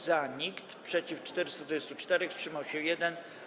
Za nikt, przeciw - 424, wstrzymał się 1.